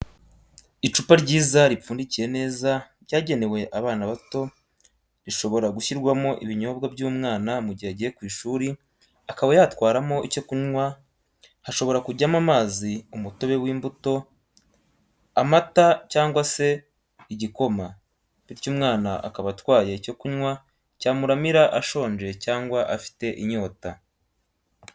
Icupa ryiza ripfundikiye neza ryagenewe abana bato rishobora gushyirwamo ibinyobwa by'umwana mu gihe agiye ku ishuri akaba yatwaramo icyo kunywa hashobora kujyamo amazi umutobe w'imbuto, amata cyangwa se igikoma bityo umwana akaba atwaye icyo kunywa cyamuramira ashonje cyangwa afite inyota